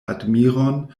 admiron